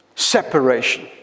separation